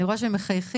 אני רואה שרוני מחייך.